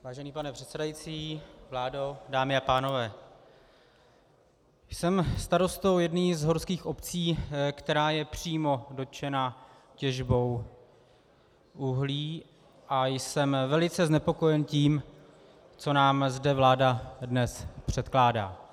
Vážený pane předsedající, vládo, dámy a pánové, jsem starostou jedné z horských obcí, která je přímo dotčena těžbou uhlí, a jsem velice znepokojen s tím, co nám zde vláda dnes předkládá.